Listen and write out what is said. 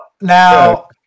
Now